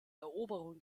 eroberung